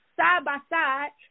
side-by-side